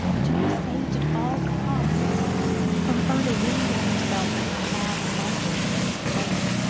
to be saved at all costs from farther wounding herself in her mad plunges against fate.